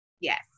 Yes